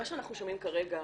מה שאנחנו שומעים כרגע,